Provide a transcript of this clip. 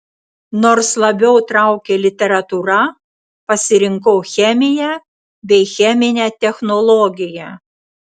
nors labiau traukė literatūra pasirinkau chemiją bei cheminę technologiją